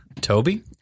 toby